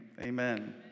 amen